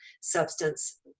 substance